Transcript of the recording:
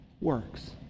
works